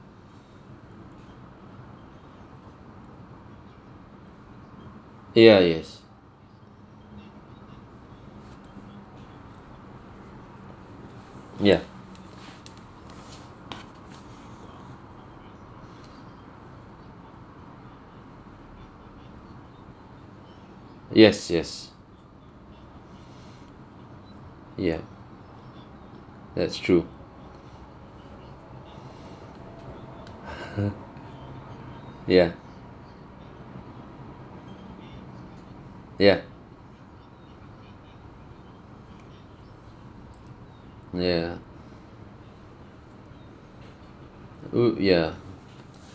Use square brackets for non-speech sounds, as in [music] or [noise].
ya yes ya yes yes ya that's true [laughs] ya ya ya oo ya